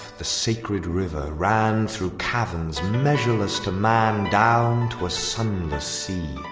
the sacred river, ran through caverns measureless to man down to a sunless sea.